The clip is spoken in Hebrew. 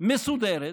מסודרת